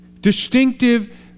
distinctive